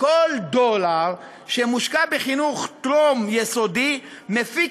כל דולר שמושקע בחינוך טרום-יסודי מפיק